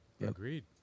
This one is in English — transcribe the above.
Agreed